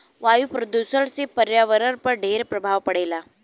वायु प्रदूषण से पर्यावरण पर ढेर प्रभाव पड़ेला